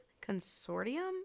consortium